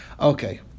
Okay